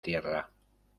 tierra